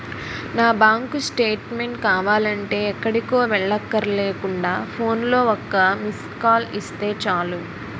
నా bank statement కావాలంటే ఎక్కడికో వెళ్ళక్కర్లేకుండా ఫోన్లో ఒక్క మిస్కాల్ ఇస్తే చాలు